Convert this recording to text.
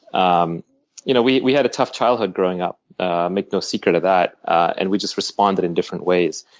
um you know we we had a touch childhood growing up make no secret of that and we just responded in different ways.